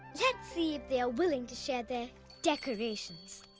let's see if they are willing to share their decorations.